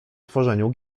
tworzeniu